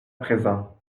présent